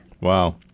Wow